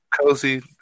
cozy